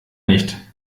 nicht